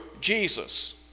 Jesus